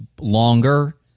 longer